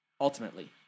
Ultimately